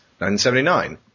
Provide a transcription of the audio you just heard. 1979